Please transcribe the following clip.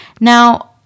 Now